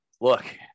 look